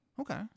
Okay